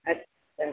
अच्छा